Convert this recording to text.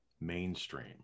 mainstream